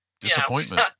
Disappointment